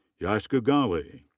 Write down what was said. yash gugale.